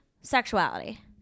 sexuality